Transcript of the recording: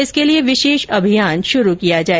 इसके लिए विशेष अभियान शुरू किया जाए